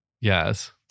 Yes